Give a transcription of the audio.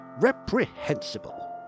Reprehensible